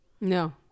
No